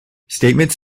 statements